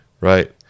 right